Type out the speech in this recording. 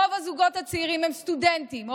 רוב הזוגות הצעירים הם סטודנטים או